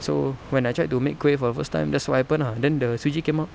so when I tried to make kuih for the first time that's what happened ah then the suji came out